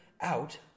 out